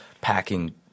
packing